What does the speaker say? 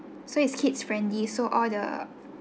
so it's kids friendly so all the ya